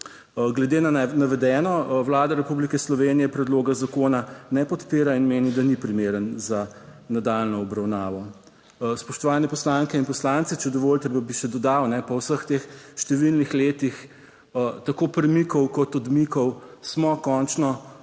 Glede na navedeno Vlada Republike Slovenije predloga zakona ne podpira in meni, da ni primeren za nadaljnjo obravnavo. Spoštovane poslanke in poslanci, če dovolite, bi še dodal, po vseh teh številnih letih tako premikov kot odmikov smo končno imamo